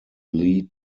lead